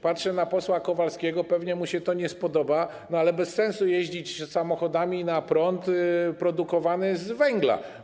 Patrzę na posła Kowalskiego, pewnie mu się to nie spodoba, ale bez sensu jest jeździć samochodami na prąd produkowany z węgla.